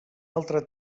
altre